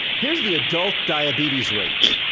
here's the adult diabetes rate.